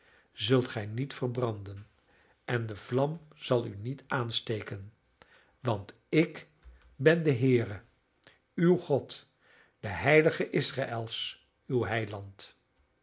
zult gij niet verbranden en de vlam zal u niet aansteken want ik ben de heere uw god de heilige israels uw heiland